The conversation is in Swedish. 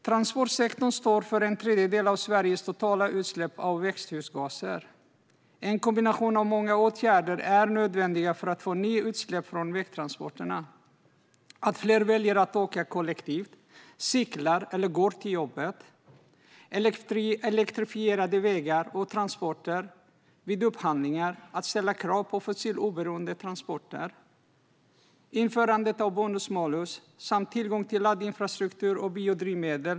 Transportsektorn står för en tredjedel av Sveriges totala utsläpp av växthusgaser. En kombination av många åtgärder är nödvändig för att minska utsläppen från vägtransporterna. Allt fler väljer att åka kollektivt, cykla eller gå till jobbet, och allt fler väljer elektrifierade vägar och transporter. Allt fler väljer att vid upphandlingar ställa krav på fossiloberoende transporter och att ställa krav på bonus-malus samt tillgång till laddinfrastruktur och biodrivmedel.